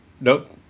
nope